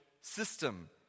system